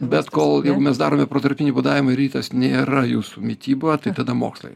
bet kol jeigu mes darome protarpinį badavimą rytas nėra jūsų mityba tai tada mokslai